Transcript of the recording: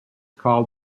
called